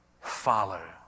follow